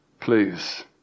please